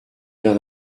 d’un